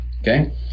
Okay